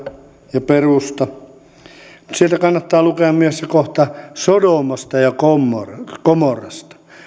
ja perusta mutta sieltä kannattaa lukea myös se kohta sodomasta ja gomorrasta